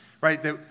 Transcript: right